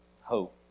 hope